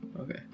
Okay